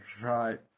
Right